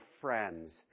friends